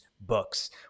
books